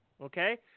okay